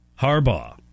Harbaugh